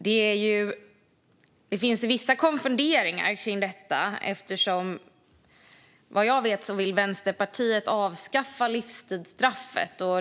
Jag känner mig dock lite konfunderad eftersom Vänsterpartiet såvitt jag vet vill avskaffa livstidsstraffet.